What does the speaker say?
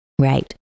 right